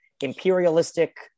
imperialistic